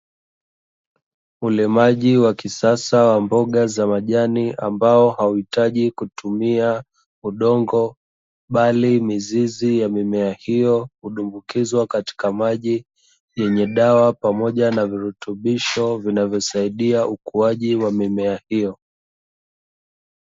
Ulimaji wa kisasa wa mboga za majani ambao hauhitaji kutumia udongo, bali mizizi ya mimea hiyo hudumbukizwa katika maji yenye dawa pamoja na virutubisho vinavyosaidia ukuaji wa mimea hiyo.